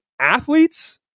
athletes